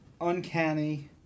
Uncanny